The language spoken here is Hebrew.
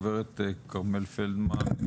גברת כרמל פלדמן,